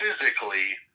physically